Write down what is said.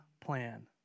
plan